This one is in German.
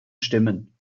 stimmen